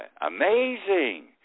amazing